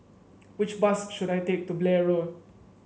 which bus should I take to Blair Road